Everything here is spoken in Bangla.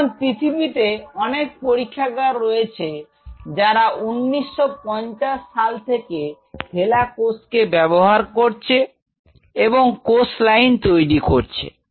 এখন পৃথিবীতে অনেক পরীক্ষাগার রয়েছে যারা 1950 সাল থেকে হেলা কোষ কে ব্যবহার করছে এবং কোষ লাইন তৈরি করেছে